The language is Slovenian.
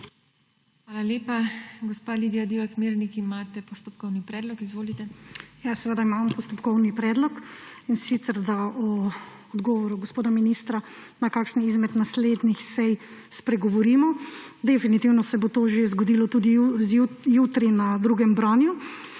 Hvala lepa. Gospa Lidija Divjak Mirnik, imate postopkovni predlog. Izvolite. LIDIJA DIVJAK MIRNIK (PS LMŠ): Ja, seveda imam postopkovni predlog, in sicer da o odgovoru gospoda ministra na kakšni izmed naslednjih sej spregovorimo. Definitivno se bo to že zgodilo tudi jutri na drugem branju.